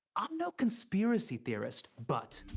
i'm no conspiracy theorist, but.